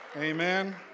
Amen